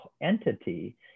entity